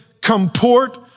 comport